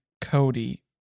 Cody